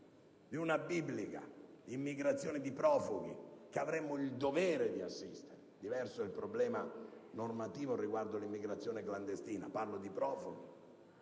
di una biblica immigrazione di profughi, che avremmo il dovere di assistere (diverso è il problema normativo riguardo l'immigrazione clandestina: parlo di profughi).